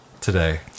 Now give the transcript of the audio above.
today